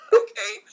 okay